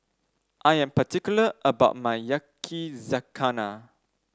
I am particular about my Yakizakana